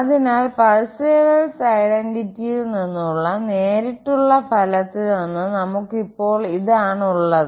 അതിനാൽ പർസേവൽസ് ഐഡന്റിറ്റിയിൽ നിന്നുള്ള നേരിട്ടുള്ള ഫലത്തിൽ നിന്ന് നമുക് ഇപ്പോൾ ഇതാണ് ഉള്ളത്